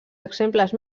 exemples